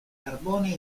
carbone